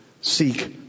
seek